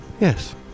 Yes